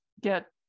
get